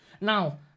Now